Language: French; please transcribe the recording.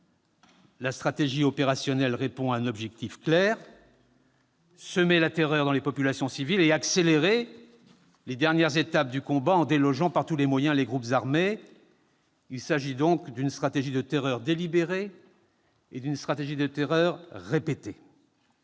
La stratégie opérationnelle répond à un objectif clair : semer la terreur dans les populations civiles et accélérer les dernières étapes du combat en délogeant par tous les moyens les groupes armés. Il s'agit donc d'une stratégie de terreur délibérée et d'une stratégie de terreur répétée.